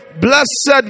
Blessed